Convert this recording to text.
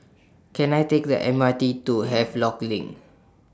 Can I Take The M R T to Havelock LINK